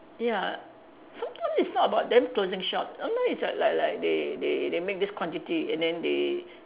ya sometime it's not about them closing shop sometime it's like like they make this quantity and then they